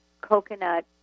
coconut